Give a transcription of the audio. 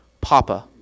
Papa